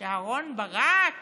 אהרן ברק